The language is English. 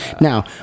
Now